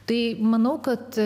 tai manau kad